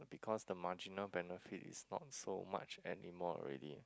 because the marginal benefit is not so much anymore already